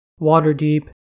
Waterdeep